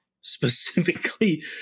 specifically